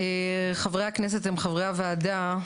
חברי הכנסת הם חברי הוועדה,